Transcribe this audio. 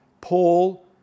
Paul